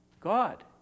God